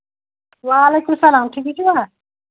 وعلیکُم السلام ٹھیٖکٕے چھُوا